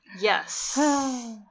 Yes